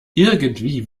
irgendwie